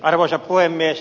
arvoisa puhemies